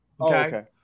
Okay